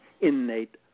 innate